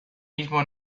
mismo